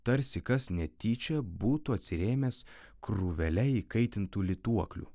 tarsi kas netyčia būtų atsirėmęs krūvele įkaitintų lituoklių